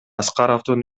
аскаровдун